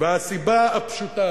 הסיבה הפשוטה